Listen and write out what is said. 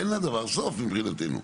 אין לדבר סוף מבחינתנו.